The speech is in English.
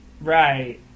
Right